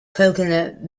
coconut